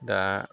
दा